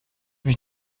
mich